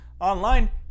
online